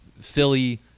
Philly